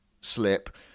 slip